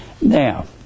now